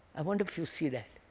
i wonder if you see that.